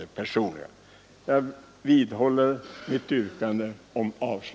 Herr talman! Jag vidhåller mitt avslagsyrkande.